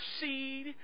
seed